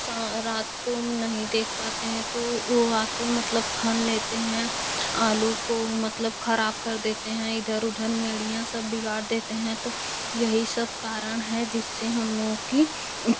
सा रात को नहीं देख पाते है तो वह आकर मतलब खन लेते है आलू को मतलब ख़राब कर देते है इधर उधर मेड़िया सब बिगाड़ देते है तो यही सब कारण है जिससे हम लोगों की